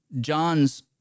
John's